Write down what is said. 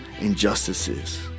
injustices